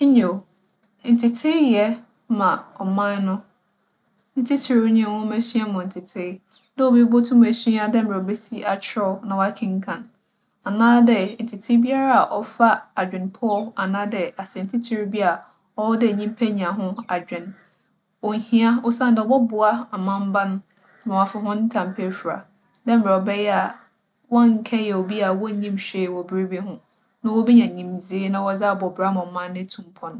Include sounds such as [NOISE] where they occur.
[NOISE] Nyew, ntsetsee yɛ ma ͻman no. Ne tsitsir nye nwomasua mu ntsetsee, dɛ obi botum esua dɛ mbrɛ obesi akyerɛw na ͻakenkan, anaadɛ ntsetsee biara a ͻfa adwempͻw anaadɛ asɛntsitsir bi a ͻwͻ dɛ nyimpa nya ho adwen. Ohia, osiandɛ ͻbͻboa amamba no ma wͻaafa hͻn tampa efura. Dɛ mbrɛ ͻbɛyɛ a, wͻnnkɛyɛ obi a wonnyim hwee wͻ biribi ho, na wobenya nyimdzee na wͻdze abͻ bra ma ͻman no etu mpon.